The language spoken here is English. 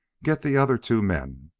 get the other two men.